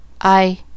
I